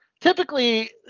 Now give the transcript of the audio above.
typically